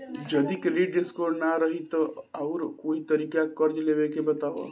जदि credit score ना रही त आऊर कोई तरीका कर्जा लेवे के बताव?